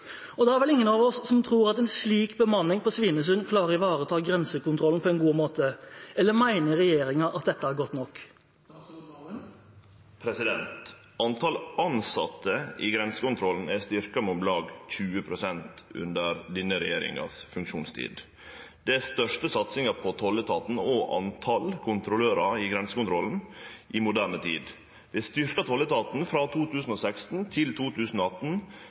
Det er vel ingen av oss som tror at en slik bemanning på Svinesund klarer å ivareta grensekontrollen på en god måte. Eller mener regjeringen at dette er godt nok? Talet på tilsette i grensekontrollen er styrkt med om lag 20 pst. under denne regjeringas funksjonstid. Det er den største satsinga på tolletaten og talet på kontrollørar i grensekontrollen i moderne tid. Vi har styrkt tolletaten frå 2016 til 2018